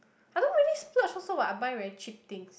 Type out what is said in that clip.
I don't really splurge also what I buy very cheap thing